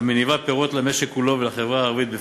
המניבה פירות למשק כולו ולחברה הערבית בפרט.